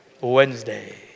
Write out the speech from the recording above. Wednesday